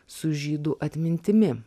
su žydų atmintimi